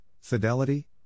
fidelity